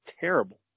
terrible